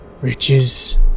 riches